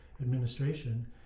administration